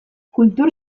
kultur